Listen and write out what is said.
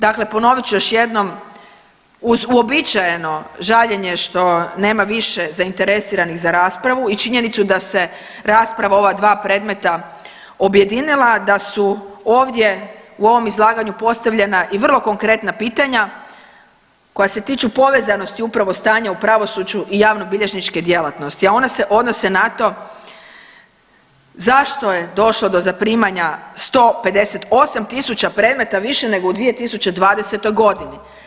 Dakle ponovit ću još jednom, uz uobičajeno žaljenje što nema više zainteresiranih za raspravu i činjenicu da se rasprava u ova dva predmeta objedinila, da su ovdje u ovom izlaganju postavljena i vrlo konkretna pitanja koja se tiču povezanosti upravo stanja u pravosuđu i javnobilježničke djelatnosti, a one se odnose na to zašto je došlo do zaprimanja 158.000 predmeta više nego u 2020. godini.